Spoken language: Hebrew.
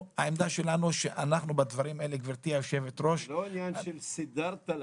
זה לא עניין שסידרת להם.